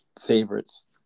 favorites